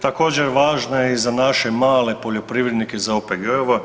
Također važno je i za naše male poljoprivrednike za OPG-ove.